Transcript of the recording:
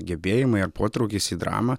gebėjimai ar potraukis į dramą